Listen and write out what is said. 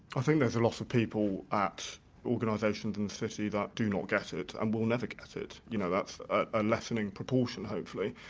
i think there's a lot of people at organisations in the city that do not get it and will never get it, you know that's a lessening proportion hopefully.